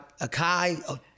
Akai